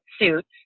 suits